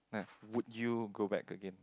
would you go back again